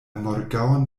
morgaŭon